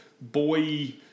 boy